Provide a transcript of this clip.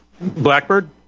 Blackbird